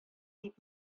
дип